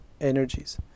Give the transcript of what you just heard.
energies